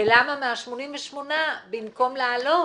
ולמה מה-88 במקום לעלות,